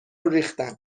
ریختن